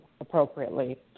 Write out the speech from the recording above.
appropriately